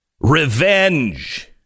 Revenge